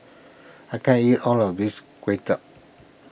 I can't eat all of this Kuay Chap